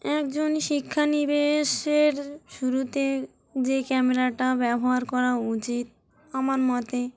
একজন শিক্ষানবিশের শুরুতে যে ক্যামেরাটা ব্যবহার করা উচিত আমার মতে